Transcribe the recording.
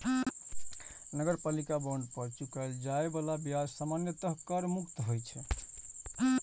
नगरपालिका बांड पर चुकाएल जाए बला ब्याज सामान्यतः कर मुक्त होइ छै